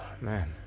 Man